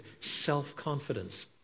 self-confidence